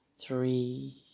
three